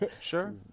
Sure